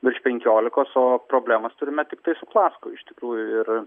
virš penkiolikos o problemas turime tiktai su klasko iš tikrųjų ir